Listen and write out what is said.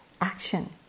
action